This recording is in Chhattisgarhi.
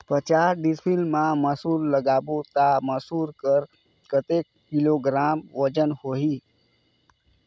पचास डिसमिल मा मसुर लगाबो ता मसुर कर कतेक किलोग्राम वजन होही?